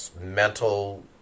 mental